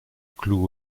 cloue